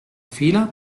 fehler